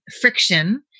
friction